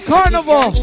Carnival